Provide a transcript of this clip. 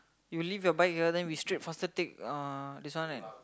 you leave your bike here then we straight faster take uh this one right